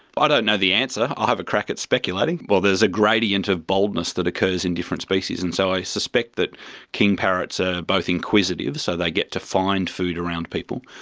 ah don't know the answer. i'll have a crack at speculating. there's a gradient of boldness that occurs in different species, and so i suspect that king parrots are both inquisitive, so they get to find food around people,